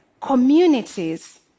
communities